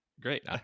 great